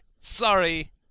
sorry